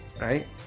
right